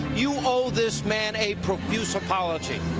you owe this man a profuse apology.